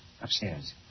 Upstairs